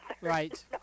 Right